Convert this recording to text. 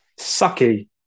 Sucky